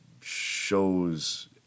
shows